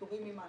פטורים ממס.